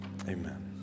amen